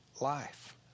life